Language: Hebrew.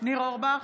ניר אורבך,